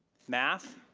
math,